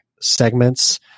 segments